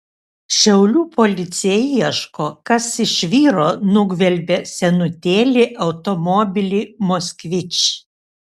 šiaulių policija ieško kas iš vyro nugvelbė senutėlį automobilį moskvič